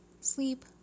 Sleep